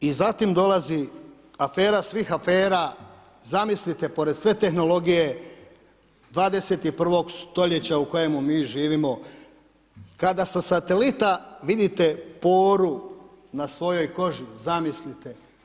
I zatim dolazi afera svih afera, zamislite pored sve tehnologije 21. stoljeća u kojemu mi živimo kada sa satelita vidite poru na svojoj koži, zamislite.